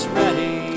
ready